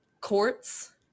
courts